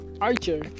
Archer